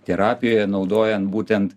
terapijoje naudojant būtent